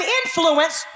influence